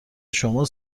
شما